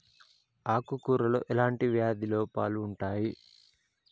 ఆకు కూరలో ఎలాంటి వ్యాధి లోపాలు ఉంటాయి?